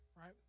right